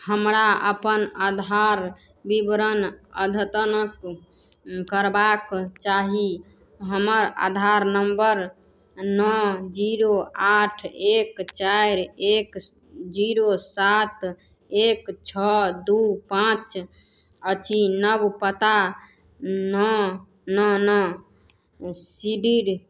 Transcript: हमरा अपन आधार विवरण अद्यतनक करबाक चाही हमर आधार नम्बर नओ जीरो आठ एक चारि एक जीरो सात एक छओ दू पाँच अछि नब पता नओ नओ नओ सिडिर